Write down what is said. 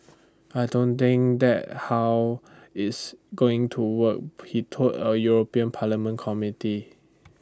I don't think that's how it's going to work he told A european parliament committee